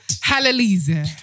hallelujah